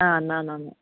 ആ എന്നാൽ നന്ദി